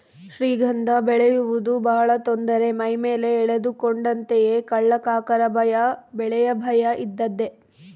ಶ್ರೀಗಂಧ ಬೆಳೆಯುವುದು ಬಹಳ ತೊಂದರೆ ಮೈಮೇಲೆ ಎಳೆದುಕೊಂಡಂತೆಯೇ ಕಳ್ಳಕಾಕರ ಭಯ ಬೆಲೆಯ ಭಯ ಇದ್ದದ್ದೇ